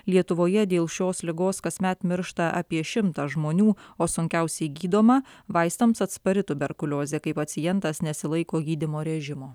lietuvoje dėl šios ligos kasmet miršta apie šimtas žmonių o sunkiausiai gydoma vaistams atspari tuberkuliozė kai pacientas nesilaiko gydymo režimo